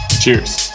Cheers